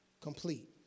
complete